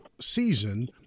season